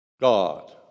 God